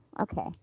Okay